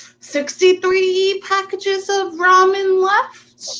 sixty three packages of ramen left.